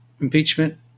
impeachment